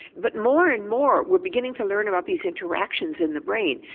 but more and more we're beginning to learn about these interactions in the brain.